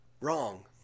Wrong